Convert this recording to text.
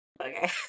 Okay